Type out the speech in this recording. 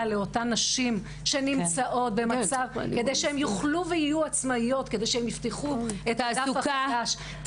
לאותן נשים כדי שיוכלו להיות עצמאיות ולפתוח את הדף החדש.